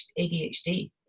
ADHD